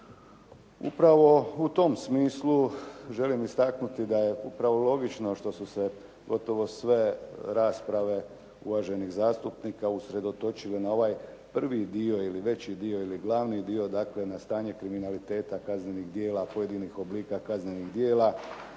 Upravo u tom smislu želim istaknuti da je upravo logično što su se gotovo sve rasprave uvaženih zastupnika usredotočili na ovaj prvi dio ili veći dio ili glavni dio, dakle na stanje kriminaliteta, kaznenih djela, pojedinih oblika kaznenih djela